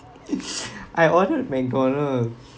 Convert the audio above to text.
I ordered McDonald